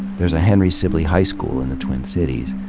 there's a henry sib ley high school in the twin cities.